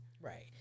Right